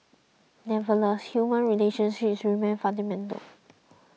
nevertheless human relationships remain fundamental